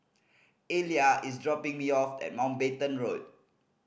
Elia is dropping me off at Mountbatten Road